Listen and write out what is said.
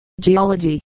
Geology